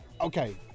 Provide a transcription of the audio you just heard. Okay